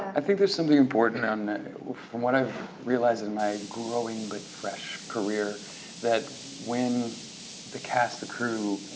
i think there's something important on from what i've realized in my growing, but fresh career that when the cast, the crew,